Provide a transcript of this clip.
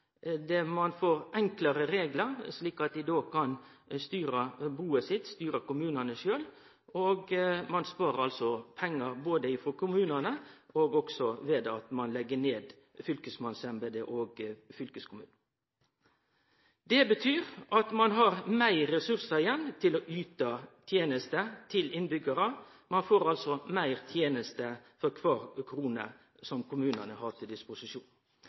ein får enklare reglar, slik at dei kan styre buet sitt – styre kommunane – sjølve, og ein sparer pengar, både i kommunane og ved at ein legg ned fylkesmannsembetet og fylkeskommunen. Det betyr at ein har meir ressursar igjen til å yte tenester til innbyggjarane. Ein får altså meir teneste for kvar krone som kommunane har til disposisjon.